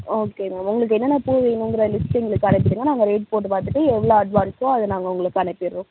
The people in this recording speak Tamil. ஓகே மேம் உங்களுக்கு என்னன்ன பூ வேணுங்கிற லிஸ்ட் எங்களுக்கு அனுப்பிடுங்க நாங்கள் வெயிட் போட்டு பார்த்துட்டு எவ்வளோ அட்வான்ஸோ அதை நாங்கள் உங்களுக்கு அனுப்பிடறோம்